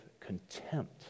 contempt